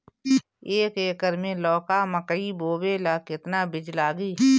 एक एकर मे लौका मकई बोवे ला कितना बिज लागी?